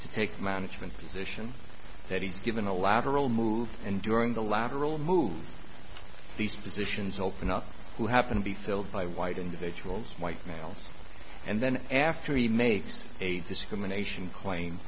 to take the management position that he's given a lateral move and during the lateral move these positions open up to happen to be filled by white individuals white males and then after he makes a discrimination claim